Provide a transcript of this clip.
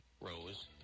rose